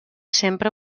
sempre